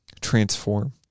Transform